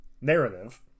narrative